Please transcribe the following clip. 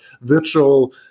virtual